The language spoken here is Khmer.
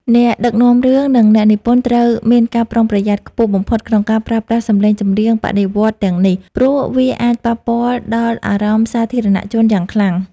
អ្នកដឹកនាំរឿង និងអ្នកនិពន្ធត្រូវមានការប្រុងប្រយ័ត្នខ្ពស់បំផុតក្នុងការប្រើប្រាស់សម្លេងចម្រៀងបដិវត្តន៍ទាំងនេះ ព្រោះវាអាចប៉ះពាល់ដល់អារម្មណ៍សាធារណជនយ៉ាងខ្លាំង។